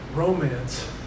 Romance